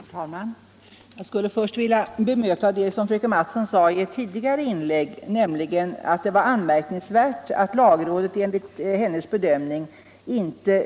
Herr talman! Jag skulle först vilja bemöta vad fröken Mattson sade i ett tidigare inlägg, nämligen att det var anmärkningsvärt att lagrådet, enligt hennes bedömning, inte